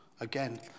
Again